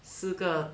四个